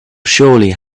surely